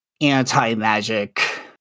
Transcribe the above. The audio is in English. anti-magic